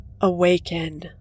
Awaken